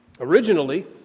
originally